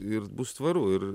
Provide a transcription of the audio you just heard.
ir bus tvaru ir